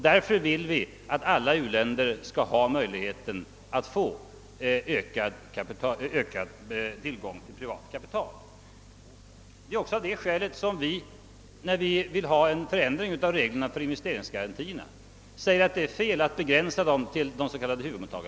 Därför vill vi att u-länderna skall ha möjligheter att få ökad tillgång till privat kapital. Av detta skäl säger vi också att det är fel att begränsa garantierna till de s.k. huvudmottagarländerna. Därför vill vi ha en ändring av reglerna för investeringsgarantierna på den punkten.